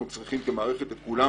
אנחנו צריכים כמערכת את כולם